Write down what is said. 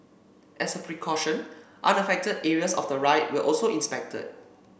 as a precaution unaffected areas of the ride were also inspected